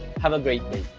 have a great